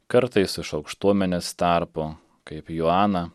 kartais iš aukštuomenės tarpo kaip joana